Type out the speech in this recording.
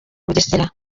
bugesera